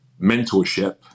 mentorship